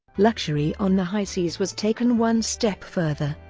luxury on the high seas was taken one step further.